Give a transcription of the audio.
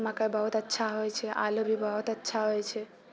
मकइ बहुत अच्छा होइ छै आलू भी बहुत अच्छा होइ छै